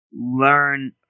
learn